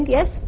Yes